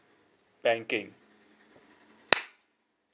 banking